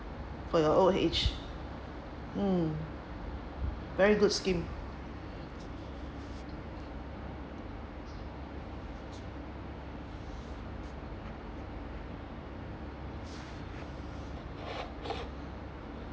for your old age mm very good scheme